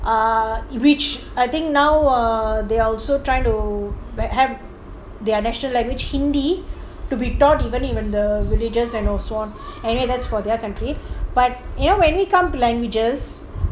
ah which I think now were they also trying to have their national language hindi to be taught even even the religious and also on and that's for their country but you know when he come languages